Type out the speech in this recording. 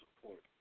support